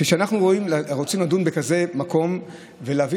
כשאנחנו רוצים לדון בכזה מקום ולהביא